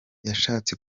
yashatse